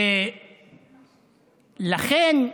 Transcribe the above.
לכן,